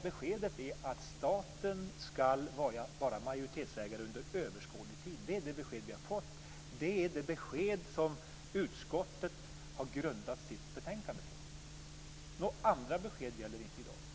Beskedet är att staten ska vara majoritetsägare under överskådlig tid. Det är det besked vi har fått. Det är det besked som utskottet har grundat sitt betänkande på. Några andra besked gäller inte i dag.